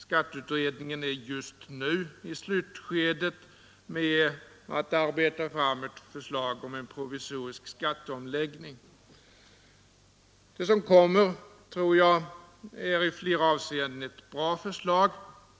Skatteutredningen är just nu i slutskedet av sitt arbete på ett förslag till en provisorisk skatteomläggning. Det förslag som kommer är i flera avseenden ett bra förslag.